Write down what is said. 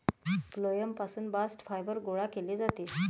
phloem पासून bast fibre गोळा केले जाते